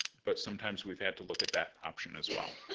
but sometimes we've had to look at that option as well.